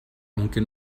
aunque